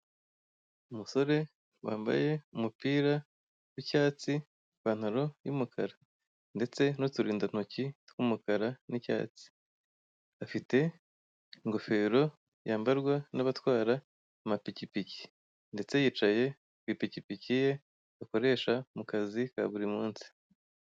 Umusore wambaye umupira w'icyatsi ipantaro y'umukara ndetse n'uturindantoki tw'umukara n'icyatsi, afite ingofero yambarwa n'abatwara amapikipiki ndetse yicaye ku ipikipiki ye akoresha mu kazi kaburi munsi.